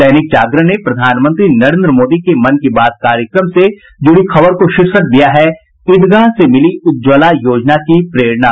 दैनिक जागरण ने प्रधानमंत्री नरेन्द्र मोदी के मन की बात कार्यक्रम के जुड़ी खबर को शीर्षक दिया है ईदगाह से मिली उज्ज्वला योजना की प्रेरणा